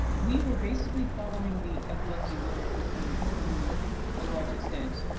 we were basically following the epilepsy literature to to a large extent.